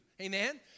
amen